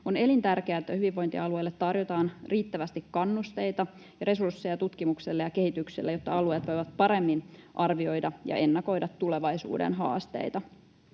On elintärkeää, että hyvinvointialueille tarjotaan riittävästi kannusteita ja resursseja tutkimukselle ja kehitykselle, jotta alueet voivat paremmin arvioida ja ennakoida tulevaisuuden haasteita.